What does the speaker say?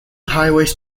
highways